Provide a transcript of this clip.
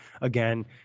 again